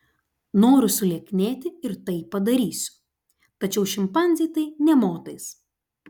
noriu sulieknėti ir tai padarysiu tačiau šimpanzei tai nė motais